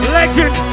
legend